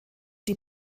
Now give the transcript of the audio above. die